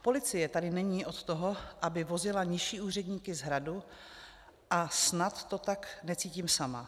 Policie tady není od toho, aby vozila nižší úředníky z Hradu, a snad to tak necítím sama.